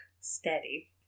steady